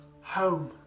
home